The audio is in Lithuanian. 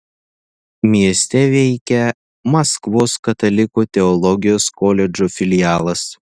mieste veikia maskvos katalikų teologijos koledžo filialas